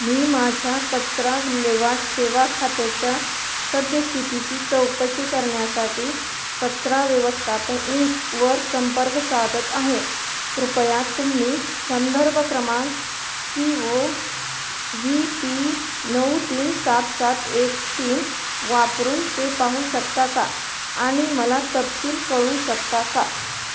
मी माझ्या कचरा विल्हेवाट सेवा खात्याच्या सद्यस्थितीची चौकशी करण्यासाठी कचरा व्यवस्थापन इंकवर संपर्क साधत आहे कृपया तुम्ही संदर्भ क्रमांक सी वो व्ही पी नऊ तीन सात सात एक तीन वापरून ते पाहू शकता का आणि मला तपशील कळवू शकता का